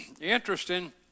interesting